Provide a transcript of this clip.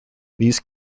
these